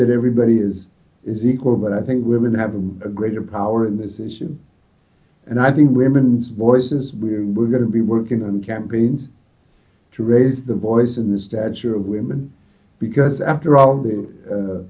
that everybody is is equal but i think women have a greater power in this issue and i think women's voices we are going to be working on campaigns to raise the voice in the stature of women because after all